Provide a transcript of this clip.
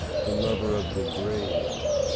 the lover of the grave,